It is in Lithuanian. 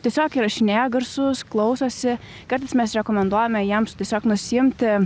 tiesiog įrašinėja garsus klausosi kartais mes rekomenduojame jiems tiesiog nusiimti